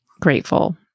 grateful